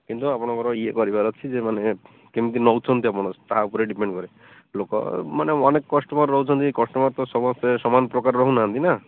କିନ୍ତୁ ଆପଣଙ୍କର ଇଏ ଭରିବାର ଅଛି ଯେ ମାନେ କେମିତି ନଉଛନ୍ତି ଆପଣ ତା' ଉପରେ ଡିପେଣ୍ଡ କରେ ଲୋକମାନେ ଅନେକ କଷ୍ଟମର ରହୁଛନ୍ତି କଷ୍ଟମର ତ ସମସ୍ତେ ସମାନ ପ୍ରକାର ରହୁ ନାହାନ୍ତିନା